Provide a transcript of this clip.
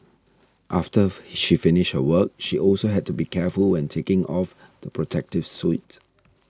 after she finished her work she also had to be careful when taking off the protective suit